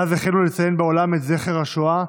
מאז החלו לציין בעולם את זכר השואה,